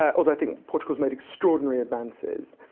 ah although i think portugal's made extraordinary advances.